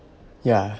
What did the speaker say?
ya